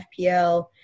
FPL